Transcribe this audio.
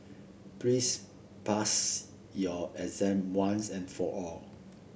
please pass your exam once and for all